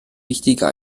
wichtiger